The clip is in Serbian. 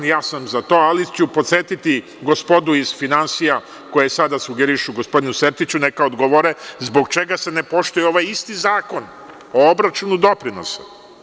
Ja sam za to, ali ću podsetiti gospodu iz finansija koje sugerišu gospodinu Sertiću, pa neka odgovore, zbog čega se ne poštuje ovaj isti zakon o obračunu doprinosa?